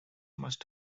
must